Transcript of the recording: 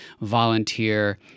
volunteer